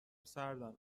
سردمه